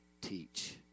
teach